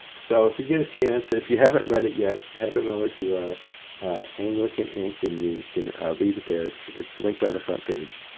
so if you get a chance, if you haven't read it yet head on over to ah anglican ink, and you can read it there it's linked linked on the front page.